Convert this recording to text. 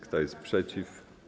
Kto jest przeciw?